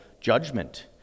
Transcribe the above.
judgment